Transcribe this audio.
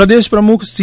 પ્રદેશ પ્રમુખ સી